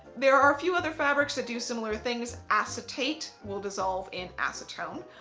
there are a few other fabrics that do similar things, acetate will dissolve in acetone.